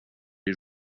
les